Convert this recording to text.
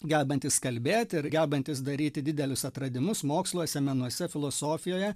gebantis kalbėti ir gebantis daryti didelius atradimus moksluose menuose filosofijoje